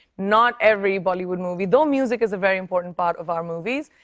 not every bollywood movie, though music is a very important part of our movies,